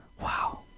wow